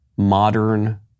modern